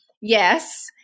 Yes